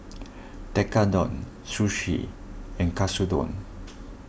Tekkadon Sushi and Katsudon